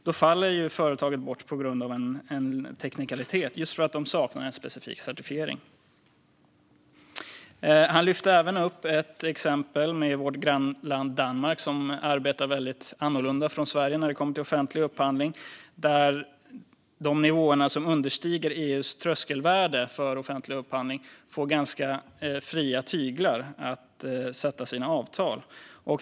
Då faller företaget bort på grund av en teknikalitet, just för att de saknar en specifik certifiering. Han lyfte även upp ett exempel från vårt grannland Danmark, som arbetar väldigt annorlunda än Sverige när det kommer till offentlig upphandling. På nivåer som underskrider EU:s tröskelvärden för offentlig upphandling har man ganska fria tyglar att utforma sina avtal.